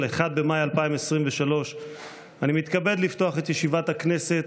1 במאי 2023. אני מתכבד לפתוח את ישיבת הכנסת